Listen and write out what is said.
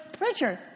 Richard